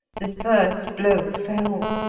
the first blow fell.